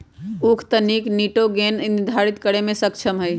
उख तनिक निटोगेन निर्धारितो करे में सक्षम हई